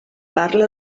parla